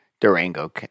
Durango